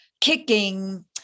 kicking